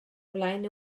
flaen